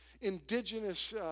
indigenous